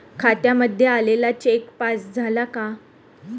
खात्यामध्ये आलेला cheque pass झाला का?